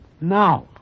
Now